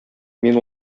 мин